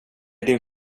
din